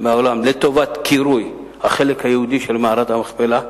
מהעולם לטובת קירוי החלק היהודי של מערת המכפלה.